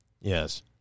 Yes